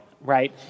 right